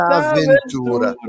avventura